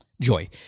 joy